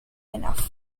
enough